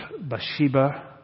Bathsheba